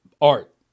art